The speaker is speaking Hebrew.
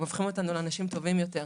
הם הופכים אותנו לאנשים טובים יותר.